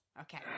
Okay